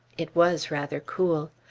it was rather cool!